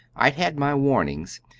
i'd had my warning,